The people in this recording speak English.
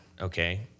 okay